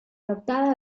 octava